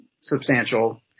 substantial